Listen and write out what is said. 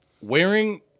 wearing